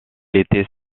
était